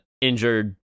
injured